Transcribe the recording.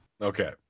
Okay